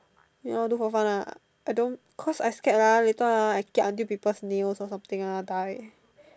no do for fun ah I don't cause I scared ah later ah I kiap until people nails or something ah die